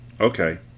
Okay